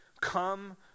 Come